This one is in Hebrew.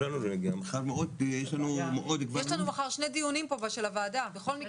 מחר יש פה שני דיונים של הוועדה בכל מקרה,